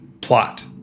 plot